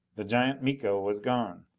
the giant miko was gone!